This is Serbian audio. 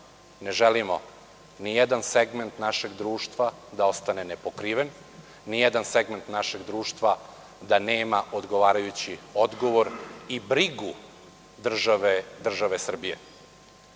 Ne želimo ni jedan segment našeg društva da ostane ne pokriven, nijedan segment našeg društva da nema odgovarajući odgovor i brigu države